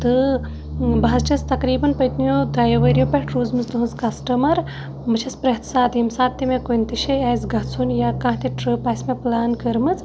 تہٕ بہٕ حظ چھَس تقریٖباً پٔتۍمیو دۄیو ؤرۍیو پٮ۪ٹھ روٗزمٕژ تُہٕنٛز کَسٹٕمَر بہٕ چھَس پرٛٮ۪تھ ساتہٕ ییٚمہِ ساتہٕ تہِ مےٚ کُنہِ تہِ جایہِ آسہِ گژھُن یا کانٛہہ تہِ ٹرٛپ آسہِ مےٚ پٕلان کٔرمٕژ